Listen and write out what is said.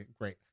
great